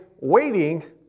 waiting